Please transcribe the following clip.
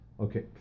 okay